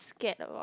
scared about